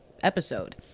episode